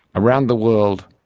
around the world,